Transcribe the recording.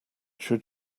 should